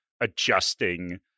adjusting